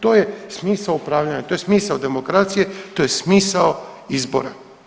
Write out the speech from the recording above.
To je smisao upravljanja, to je smisao demokracije, to je smisao izbora.